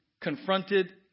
confronted